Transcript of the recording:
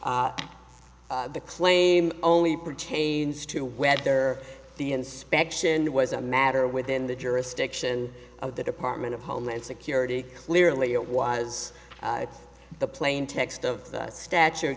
the claim only pertains to whether the inspection was a matter within the jurisdiction of the department of homeland security clearly it was the plain text of the statu